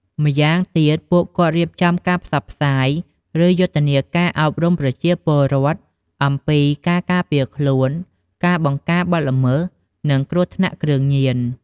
ម្យ៉ាងទៀត ពួកគាត់រៀបចំការផ្សព្វផ្សាយ ឬយុទ្ធនាការអប់រំប្រជាពលរដ្ឋអំពីការការពារខ្លួន ការបង្ការបទល្មើស និងគ្រោះថ្នាក់គ្រឿងញៀន។